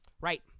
Right